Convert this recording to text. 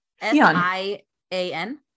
S-I-A-N